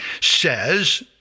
says